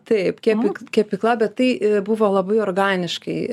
taip kepik kepykla bet tai buvo labai organiškai